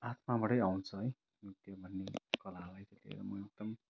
आत्माबाटै आउँछ है नृत्य भन्ने कलालाई म एकदम